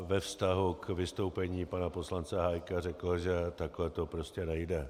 Ve vztahu k vystoupení pana poslance Hájka řekl, že takto to prostě nejde.